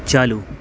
चालू